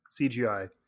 CGI